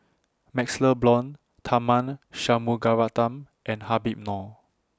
MaxLe Blond Tharman Shanmugaratnam and Habib Noh